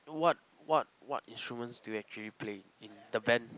what what what instruments do you actually play in the band